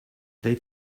they